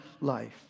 life